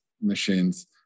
machines